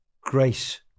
Grace